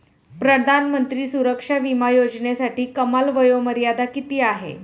प्रधानमंत्री सुरक्षा विमा योजनेसाठी कमाल वयोमर्यादा किती आहे?